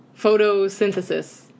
Photosynthesis